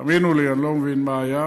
תאמינו לי, אני לא מבין מה היה,